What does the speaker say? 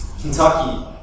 Kentucky